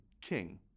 King